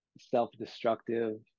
self-destructive